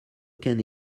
aucun